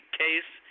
case